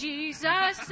Jesus